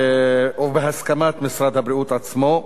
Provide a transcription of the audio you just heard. ובהסכמת משרד הבריאות עצמו,